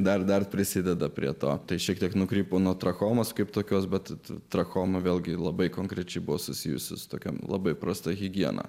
dar dar prisideda prie to tai šiek tiek nukrypo nuo trachomos kaip tokios bet trachoma vėlgi labai konkrečiai buvo susijusi su tokia labai prasta higiena